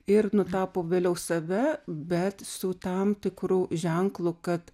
ir nutapo vėliau save bet su tam tikru ženklu kad